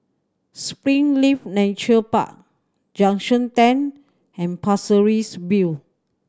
Springleaf Nature Park Junction Ten and Pasir Ris View